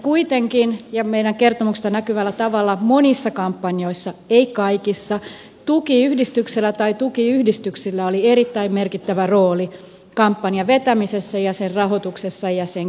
kuitenkin ja meidän kertomuksesta näkyvällä tavalla monissa kampanjoissa ei kaikissa tukiyhdistyksellä tai tukiyhdistyksillä oli erittäin merkittävä rooli kampanjan vetämisessä sen rahoituksessa ja sen keräämisessä